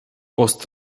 post